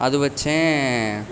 அது வச்சேன்